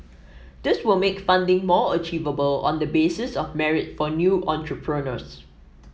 this will make funding more achievable on the basis of merit for new entrepreneurs